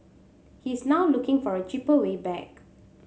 he is now looking for a cheaper way back